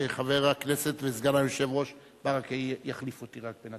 שחבר הכנסת וסגן היושב-ראש ברכה יחליף אותי בינתיים.